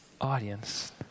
audience